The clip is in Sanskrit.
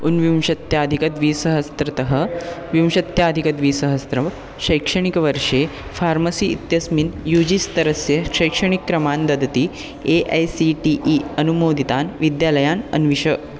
ऊनविंशत्यधिकद्विसहस्रतः विंशत्यधिकद्विसहस्रं शैक्षणिकवर्षे फ़ार्मसी इत्यस्मिन् यू जी स्तरस्य शैक्षणिकक्रमान् ददति A I C T E अनुमोदितान् विद्यालयान् अन्विष